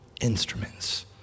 instruments